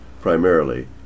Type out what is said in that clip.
primarily